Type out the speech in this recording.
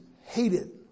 hated